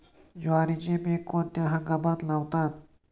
ज्वारीचे पीक कोणत्या हंगामात लावतात?